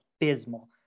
abysmal